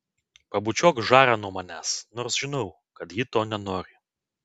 pabučiuok žarą nuo manęs nors žinau kad ji to nenori